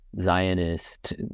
zionist